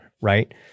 Right